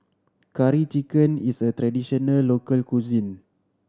Curry Chicken is a traditional local cuisine